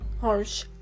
harsh